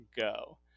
Go